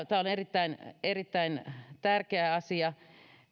tämä on erittäin erittäin tärkeä asia